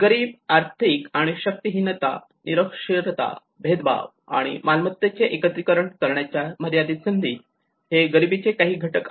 गरीबी आर्थिक दारिद्र्य आणि शक्तीहीनता निरक्षरता भेदभाव आणि मालमत्तेचे एकत्रीकरण करण्याच्या मर्यादित संधी हे गरिबीचे काही घटक आहेत